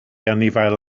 anifail